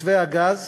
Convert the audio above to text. מתווה הגז